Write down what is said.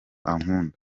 ankunda